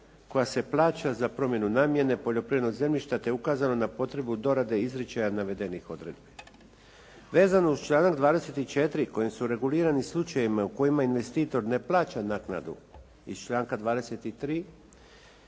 koja se plaća za promjenu namjene poljoprivrednog zemljišta te je ukazano na potrebu dorade izričaja navedenih odredbi. Vezano u članak 24. kojim su regulirani slučajevi u kojima investitor ne plaća naknadu iz članka 23.